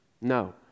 No